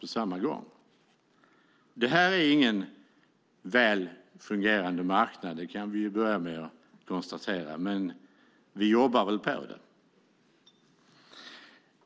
Vi kan börja med att konstatera att detta inte är en väl fungerande marknad, men vi jobbar på det.